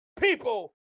people